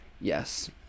Yes